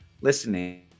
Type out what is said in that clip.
listening